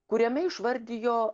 kuriame išvardijo